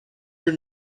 your